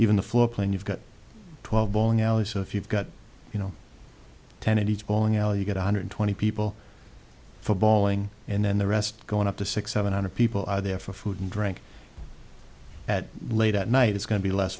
even the floor plan you've got twelve bowling alley so if you've got you know ten in each bowling alley you get one hundred twenty people for bawling and then the rest going up to six seven hundred people are there for food and drink at late at night it's going to be less